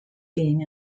being